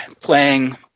playing